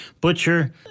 Butcher